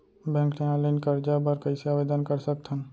Bank ले online करजा बर कइसे आवेदन कर सकथन?